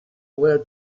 were